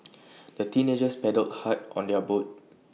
the teenagers paddled hard on their boat